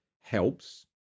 helps